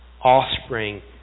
Offspring